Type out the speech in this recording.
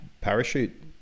parachute